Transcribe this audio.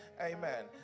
amen